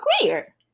clear